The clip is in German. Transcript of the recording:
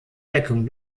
deckung